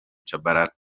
tchabalala